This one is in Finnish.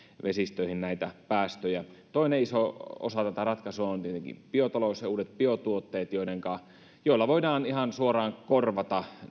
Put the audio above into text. vesistöihin päästöjä toinen iso osa tätä ratkaisua on tietenkin biotalous ja uudet biotuotteet joilla voidaan ihan suoraan korvata